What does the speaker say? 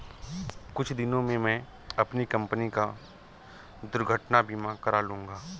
कुछ दिनों में मैं अपनी कंपनी का दुर्घटना बीमा करा लूंगा